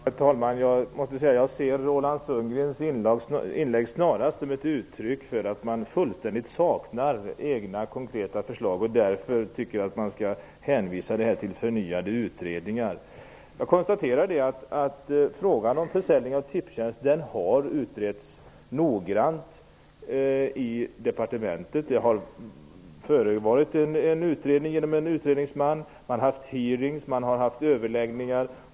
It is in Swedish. Herr talman! Jag ser snarast Roland Sundgrens inlägg som ett uttryck för att man fullständigt saknar egna konkreta förslag. Därför hänvisar jag till att det görs förnyade utredningar. Jag konstaterar att frågan om försäljning av Tipstjänst har utretts noggrant i departementet. Det har förevarit en utredning genom en utredningsman. Man har haft hearingar och överläggningar.